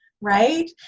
Right